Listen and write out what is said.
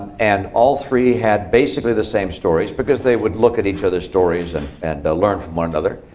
and all three had basically the same stories. because they would look at each other's stories and and learn from one another.